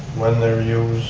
when they're used,